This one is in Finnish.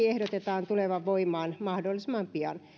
ehdotetaan tulevan voimaan mahdollisimman pian